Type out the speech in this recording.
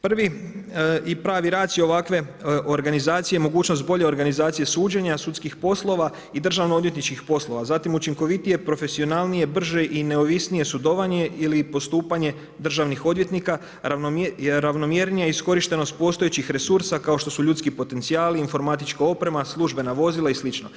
Prvi i pravi racio ovakve organizacije, mogućnost bolje organizacije suđenja, sudskih poslova i državnoodvjetničkih poslova, zatim učinkovitije, profesionalnije, brže i neovisnije sudovanje ili postupanje državnih odvjetnika je ravnomjernija iskorištenost postojećih resursa kao što su ljudski potencijali, informatička oprema, službena vozila i sl.